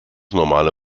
normale